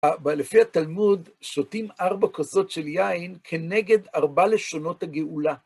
ולפי התלמוד, שותים ארבע כוסות של יין כנגד ארבע לשונות הגאולה.